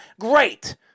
Great